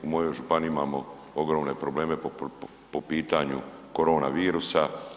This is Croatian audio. U mojoj županiji imamo ogromne probleme po pitanju korona virusa.